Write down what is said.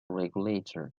regulator